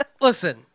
listen